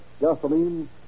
gasoline